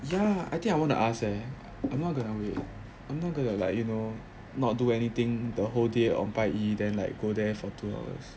ya I think I wanna ask eh I'm not going to wait I'm not gonna like you know not do anything the whole day on 拜一 then like go there for two dollars